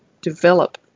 develop